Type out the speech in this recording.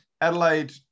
Adelaide